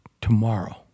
tomorrow